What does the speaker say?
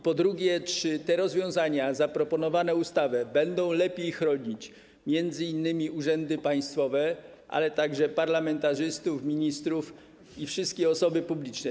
Po drugie, czy te rozwiązania zaproponowane w ustawie będą lepiej chronić urzędy państwowe, a także parlamentarzystów, ministrów i wszystkie osoby publiczne?